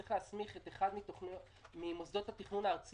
צריך להסמיך את אחד ממוסדות התכנון הארציים